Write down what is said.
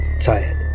tired